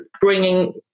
bringing